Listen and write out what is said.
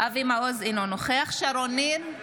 אינו נוכח שרון ניר,